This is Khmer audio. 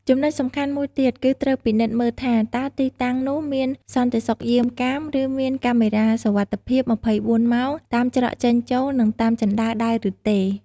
ចំណុចសំខាន់មួយទៀត គឺត្រូវពិនិត្យមើលថា តើទីតាំងនោះមានសន្តិសុខយាមកាម ឬមានកាមេរ៉ាសុវត្ថិភាព ២៤ម៉ោង តាមច្រកចេញចូល និងតាមជណ្តើរដែរឬទេ។